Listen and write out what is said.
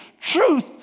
truth